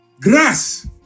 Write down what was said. grass